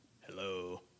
Hello